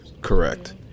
Correct